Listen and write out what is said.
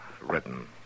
written